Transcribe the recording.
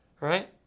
right